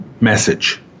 message